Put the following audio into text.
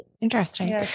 Interesting